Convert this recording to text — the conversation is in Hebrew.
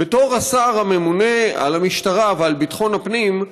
בתור השר הממונה על המשטרה ועל ביטחון הפנים,